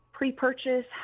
pre-purchase